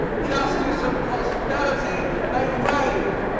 justice and prosperity may reign.